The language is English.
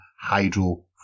Hydro